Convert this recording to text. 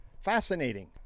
Fascinating